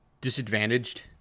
disadvantaged